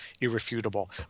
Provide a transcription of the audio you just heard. irrefutable